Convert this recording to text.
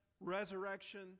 resurrection